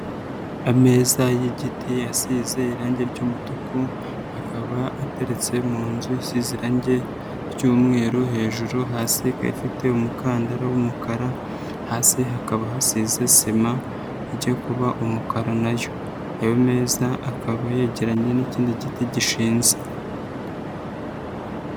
Ameza y'igiti asize irangi ry'umutuku, akaba ateretse mu nzu isize irangi ry'umweru hejuru, hasi ikaba ifite umukandara w'umukara, hasi hakaba hasize sima ijya kuba umukara nayo, ayo meza akaba yegeranye n'ikindi giti gishinze.